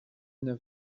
neuf